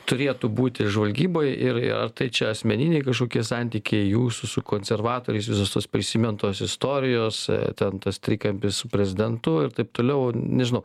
turėtų būti žvalgyboj ir ar tai čia asmeniniai kažkokie santykiai jūsų su konservatoriais visos tos prisimintos istorijos ten tas trikampis su prezidentu ir taip toliau nežinau